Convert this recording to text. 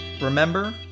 remember